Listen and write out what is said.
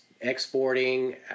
exporting